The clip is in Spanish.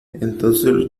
entonces